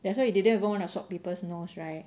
that's why you didn't even want to swab people's nose right